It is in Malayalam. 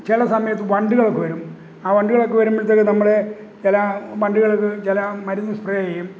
ചില സമയത്തു വണ്ടുകളൊക്കെ വരും ആ വണ്ടുകളൊക്കെ വരുമ്പോഴത്തേക്കു നമ്മൾ ചില വണ്ടുകൾക്ക് ചില മരുന്നു സ്പ്രേ ചെയ്യും